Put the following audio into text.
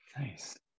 Nice